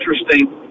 interesting